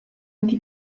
anche